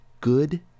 good